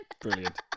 Brilliant